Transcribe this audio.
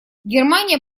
германия